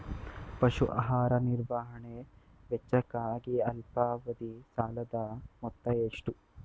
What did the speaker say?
ಪಶು ಆಹಾರ ನಿರ್ವಹಣೆ ವೆಚ್ಚಕ್ಕಾಗಿ ಅಲ್ಪಾವಧಿ ಸಾಲದ ಮೊತ್ತ ಎಷ್ಟು?